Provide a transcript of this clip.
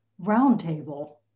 roundtable